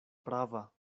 prava